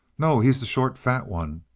no he's the short, fat one.